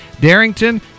Darrington